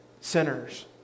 sinners